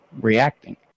reacting